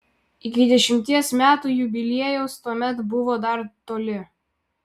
iki dešimties metų jubiliejaus tuomet buvo dar toli